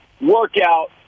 workout